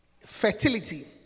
fertility